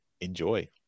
enjoy